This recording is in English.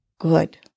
Good